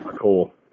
Cool